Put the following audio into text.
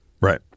Right